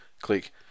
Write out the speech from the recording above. click